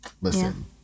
Listen